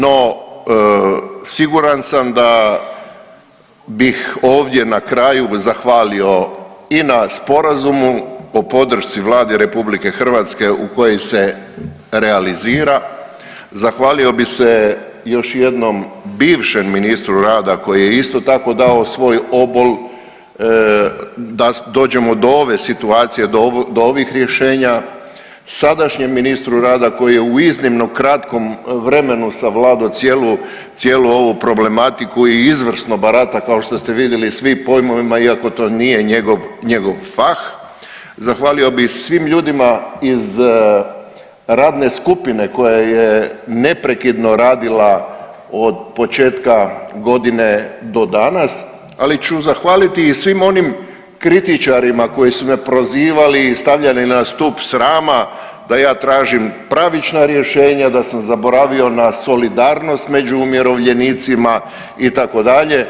No siguran sam da bih ovdje na kraju zahvalio i na sporazumu o podršci Vladi RH u koji se realizira, zahvalio bi se još jednom bivšem ministru rada koji je isto tako dao svoj obol da dođemo do ove situacije, do ovih rješenja, sadašnjem ministru rada koji je u iznimno kratkom vremenu savladao cijelu, cijelu ovu problematiku i izvrsno barata kao što ste vidjeli svim pojmovima iako to nije njegov, njegov fah, zahvalio bih svim ljudima iz radne skupine koja je neprekidno radila od početka godine do danas, ali ću zahvaliti i svim onim kritičarima koji su me prozivali i stavljali na stup srama da ja tražim pravična rješenja, da sam zaboravio na solidarnost među umirovljenicima itd.